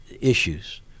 issues